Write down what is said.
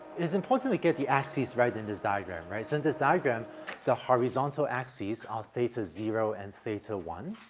it's important to get the axes right in this diagram, right? so in this diagram the horizontal axes are theta zero and theta one.